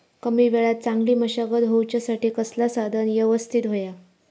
कमी वेळात चांगली मशागत होऊच्यासाठी कसला साधन यवस्तित होया?